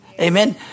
Amen